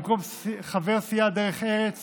במקום חבר סיעת דרך ארץ